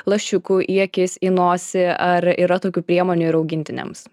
lašiukų į akis į nosį ar yra tokių priemonių ir augintiniams